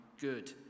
good